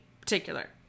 particular